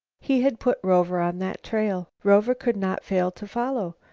he had put rover on that trail. rover could not fail to follow.